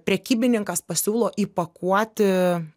prekybininkas pasiūlo įpakuoti